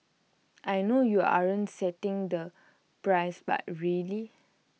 I know you aren't setting the price but really